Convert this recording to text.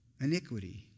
iniquity